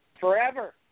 forever